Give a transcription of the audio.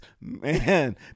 Man